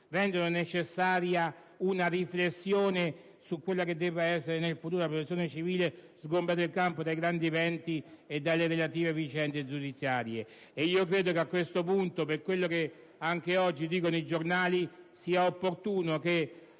rendono necessaria una riflessione su quella che dovrà essere in futuro la Protezione civile. Si dovrà sgombrare il campo dai grandi eventi e dalle relative vicende giudiziarie. Io credo che a questo punto, anche per quello che dicono oggi i giornali, sia opportuno che